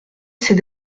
ces